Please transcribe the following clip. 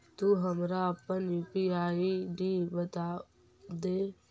तु हमरा अपन यू.पी.आई आई.डी बतादे